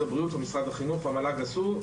הבריאות או משרד החינוך והמל"ג עשו,